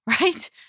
right